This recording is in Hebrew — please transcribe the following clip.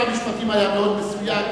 שר המשפטים היה מאוד מסויג,